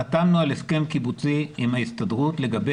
חתמנו על הסכם קיבוצי עם ההסתדרות לגבי